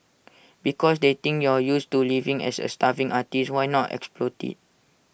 because they think you're used to living as A starving artist why not exploit IT